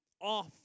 off